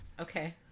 okay